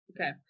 Okay